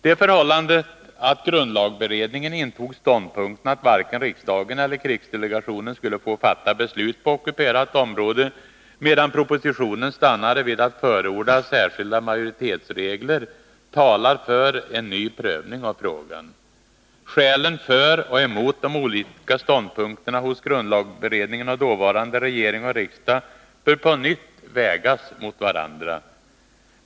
Det förhållandet att grundlagberedningen intog ståndpunkten att varken riksdagen eller krigsdelegationen skulle få fatta beslut på ockuperat område, medan propositionen stannade vid att förorda särskilda majoritetsregler för riksdagen, talar för en ny prövning av frågan. Skälen för och emot de olika ståndpunkterna hos grundlagberedningen och dåvarande regering och riksdag bör på nytt vägas mot varandra.